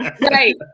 Right